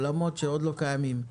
עולמות שעוד לא קיימים.